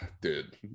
Dude